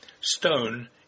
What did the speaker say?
Stone